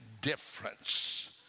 difference